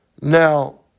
Now